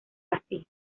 así